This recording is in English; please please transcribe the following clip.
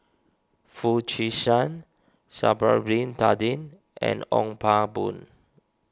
Foo Chee San Bin Tadin and Ong Pang Boon